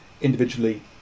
individually